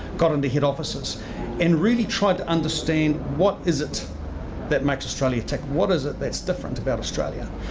got into head offices and really tried to understand, what is it that makes australia tick, what is it that's different about australia?